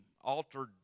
altered